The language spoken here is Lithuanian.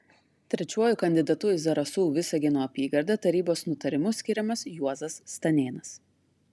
trečiuoju kandidatu į zarasų visagino apygardą tarybos nutarimu skiriamas juozas stanėnas